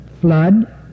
flood